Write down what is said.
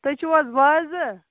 تُہۍ چھُو حظ وازٕ